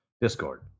Discord